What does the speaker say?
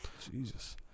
Jesus